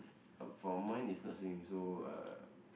uh for mine it's not swinging so uh